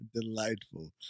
Delightful